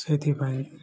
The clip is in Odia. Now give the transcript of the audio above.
ସେଥିପାଇଁ